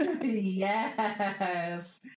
Yes